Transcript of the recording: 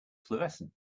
florescent